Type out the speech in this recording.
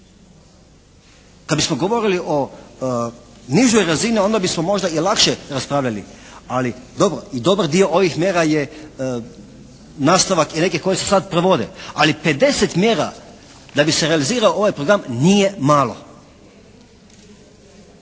Kad bismo govorili o nižoj razini onda bismo možda i lakše raspravljali, ali i dobar dio ovih mjera je nastavak i nekih koje se sad provode, ali 50 mjera da bi se realizirao ovaj program nije malo.